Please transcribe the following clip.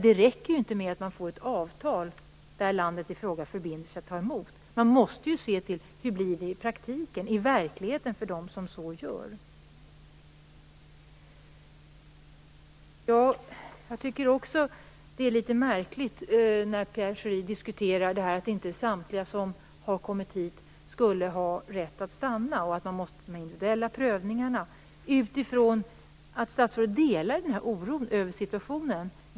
Det räcker inte med att få till stånd ett avtal där landet i fråga förbinder sig att ta emot återvändande flyktingar. Man måste se till hur det sker i verkligheten. Jag tycker att det är litet märkligt när Pierre Schori diskuterar kring detta att inte samtliga som har kommit hit skulle ha rätt att stanna och att det skall göras individuella prövningar. Statsrådet delar ju oron över situationen.